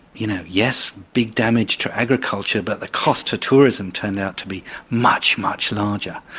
you know yes big damage to agriculture, but the cost to tourism turned out to be much, much larger.